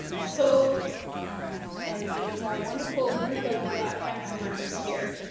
so and there's our wonderful group of council members here.